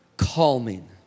calming